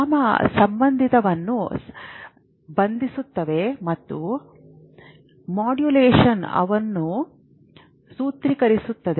gamma ಸಂಬಂಧಿತವನ್ನು ಬಂಧಿಸುತ್ತದೆ ಮತ್ತು ಮಾಡ್ಯುಲೇಷನ್ ಆಳವನ್ನು ಸೂತ್ರೀಕರಿಸುತ್ತದೆ